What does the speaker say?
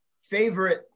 favorite